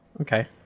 Okay